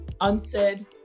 unsaid